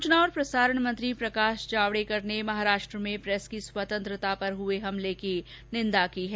सूचना और प्रसारण मंत्री प्रकाश जावडेकर ने महाराष्ट्र में प्रेस की स्वतंत्रता पर हुए हमले की निन्दा की है